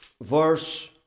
verse